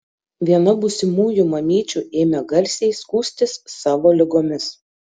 viena būsimųjų mamyčių ėmė garsiai skųstis savo ligomis